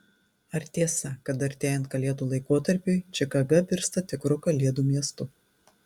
ar tiesa kad artėjant kalėdų laikotarpiui čikaga virsta tikru kalėdų miestu